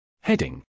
Heading